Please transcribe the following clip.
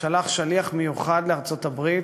שלח שליח מיוחד לארצות-הברית,